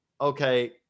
okay